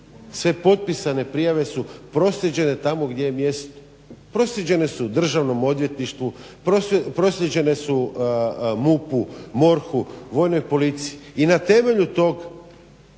sve potpisane prijave su proslijeđene tamo gdje im je mjesto, proslijeđene su Državno odvjetništvu, proslijeđene su MUP-u, MORH-u, Vojnoj policiji i na temelju toga